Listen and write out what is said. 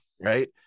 right